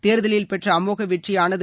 தேர்தலில் பெற்ற அமோக வெற்றியானது